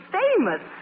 famous